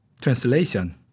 translation